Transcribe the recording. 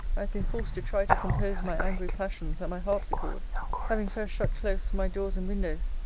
been forced to try to compose my angry passions at my harpsichord having first shut close my doors and windows,